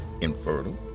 infertile